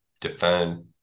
defend